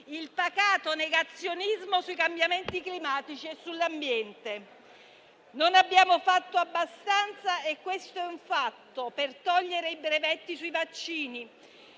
il pacato negazionismo sui cambiamenti climatici e sull'ambiente. Non abbiamo fatto abbastanza - e questo è un fatto - per togliere i brevetti sui vaccini.